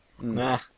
Nah